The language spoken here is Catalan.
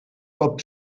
cop